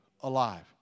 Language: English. alive